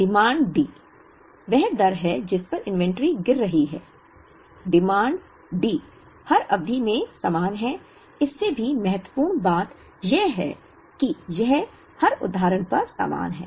demand D वह दर है जिस पर इन्वेंट्री गिर रही है डिमांड D हर अवधि में समान है इससे भी महत्वपूर्ण बात यह है कि यह हर उदाहरण पर समान है